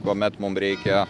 kuomet mum reikia